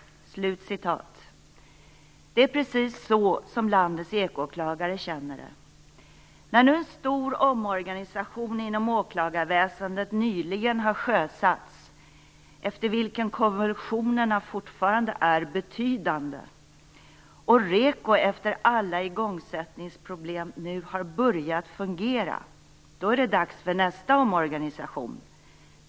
Det är precis så som landets ekoåklagare känner det. När nu en stor omorganisation inom åklagarväsendet nyligen har sjösatts, efter vilken konvulsionerna fortfarande är betydande, och REKO efter alla igångsättningsproblem nu har börjat fungera, då är det dags för nästa omorganisation.